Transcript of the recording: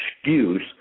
excuse